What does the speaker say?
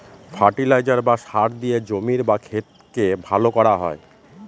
fertiliser বা সার দিয়ে জমির বা ক্ষেতকে ভালো করা হয়